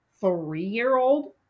three-year-old